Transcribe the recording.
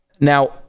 now